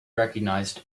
recognised